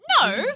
No